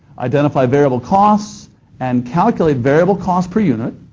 identify variable costs and calculate variable cost per unit.